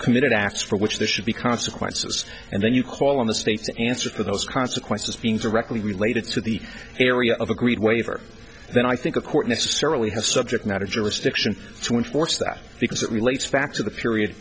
committed acts for which there should be consequences and then you call in the states answer those consequences being directly related to the area of agreed waiver and then i think a court necessarily has subject matter jurisdiction to enforce that because it relates back to the period